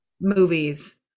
movies